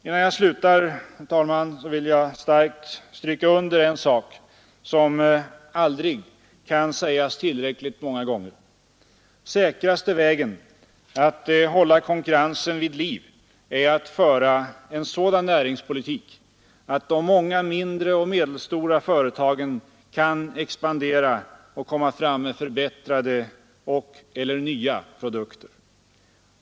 Innan jag slutar, herr talman, vill jag stärkt stryka under en sak som aldrig kan sägas tillräckligt många gånger: Säkraste vägen att hålla konkurrensen vid liv är att föra en sådan näringspolitik att de många mindre och medelstora företagen kan expandera och komma fram med förbättrade och/eller nya produkter.